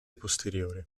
posteriore